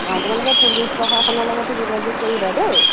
অঁ তোমালোকে পুলিচ প্ৰশাসনৰ লগতো যোগাযোগ কৰিবা দেই